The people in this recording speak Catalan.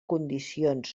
condicions